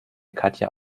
katja